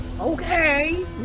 Okay